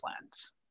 plans